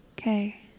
Okay